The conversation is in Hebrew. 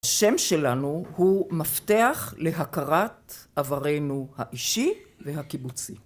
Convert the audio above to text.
השם שלנו הוא מפתח להכרת עברנו האישי והקיבוצי.